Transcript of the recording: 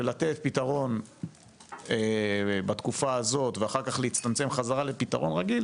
של לתת פתרון בתקופה הזאת ואחר כך להצטמצם חזרה לפתרון רגיל,